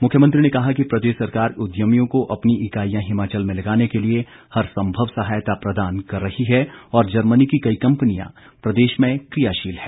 मुख्यमंत्री ने कहा कि प्रदेश सरकार उद्यमियों को अपनी इकाईयां हिमाचल में लगाने के लिए हर संभव सहायता प्रदान कर रही है और जर्मनी की कई कंपनियां प्रदेश में कियाशील हैं